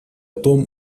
том